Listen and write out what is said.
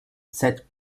set